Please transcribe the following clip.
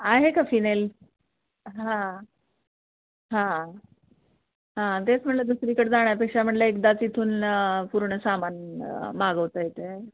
आहे का फिनेल हां हां हां तेच म्हटलं दुसरीकडे जाण्यापेक्षा म्हटलं एकदा तिथून पूर्ण सामान मागवता येत आहे